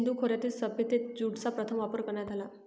सिंधू खोऱ्यातील सभ्यतेत ज्यूटचा प्रथम वापर करण्यात आला